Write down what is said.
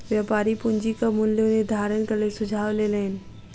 व्यापारी पूंजीक मूल्य निर्धारणक लेल सुझाव लेलैन